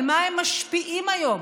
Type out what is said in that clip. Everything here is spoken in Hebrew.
על מה הם משפיעים היום,